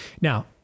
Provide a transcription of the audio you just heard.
Now